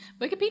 Wikipedia